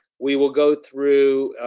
we will go through,